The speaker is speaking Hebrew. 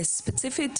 ספציפית,